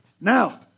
Now